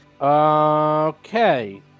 Okay